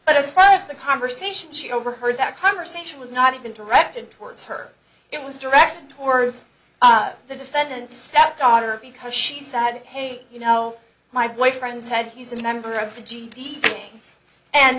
let us first the conversation she overheard that conversation was not even directed towards her it was directed towards the defendant stepdaughter because she said hey you know my boyfriend said he's a member of th